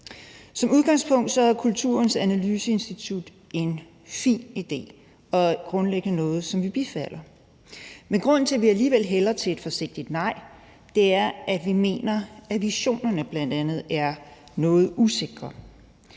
Som udgangspunkt er Kulturens Analyseinstitut en fin idé, og det er grundlæggende noget, som vi bifalder, men grunden til, at vi alligevel hælder til et forsigtigt nej, er, at vi mener, at visionerne bl.a. er noget usikre.